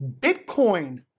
Bitcoin